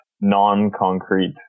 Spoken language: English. non-concrete